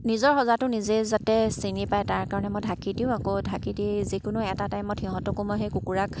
নিজৰ সজাটো নিজে যাতে চিনি পায় তাৰ কাৰণে মই ঢাকি দিওঁ আকৌ ঢাকি দি যিকোনো এটা টাইমত সিহঁতকো মই সেই কুকুৰাক